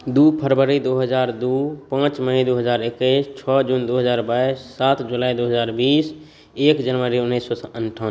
दू फरवरी दू हजार दू पाँच मइ दू हजार एक्कैस छओ जून दू हजार बाइस सात जुलाइ दू हजार बीस एक जनवरी उन्नैस सए अनठानबे